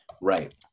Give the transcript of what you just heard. right